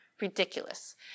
ridiculous